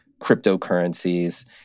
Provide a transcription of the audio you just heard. cryptocurrencies